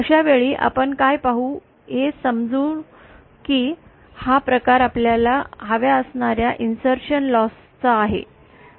अशावेळी आपण काय पाहु हे समजू की हा प्रकार आपल्यास हव्या असणार्या इन्सर्शन लॉस चा आहे